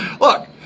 Look